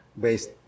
based